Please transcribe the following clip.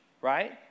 right